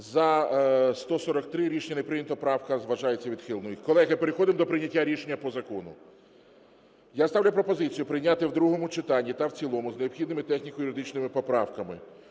За-143 Рішення не прийнято. Правка вважається відхиленою. Колеги, переходимо до прийняття рішення по закону. Я ставлю пропозицію прийняти в другому читанні та в цілому з необхідними техніко-юридичним поправками